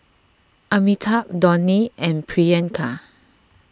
Amitabh Dhoni and Priyanka